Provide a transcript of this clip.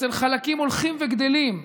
אצל חלקים הולכים וגדלים,